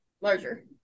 larger